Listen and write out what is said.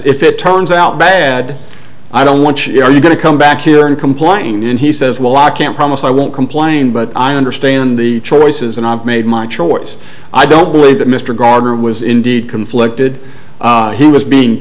if it turns out bad i don't want you are you going to come back here and complain and he says well ah can't promise i won't complain but i understand the choices and i've made my choice i don't believe that mr gardner was indeed conflicted he was being